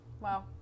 Wow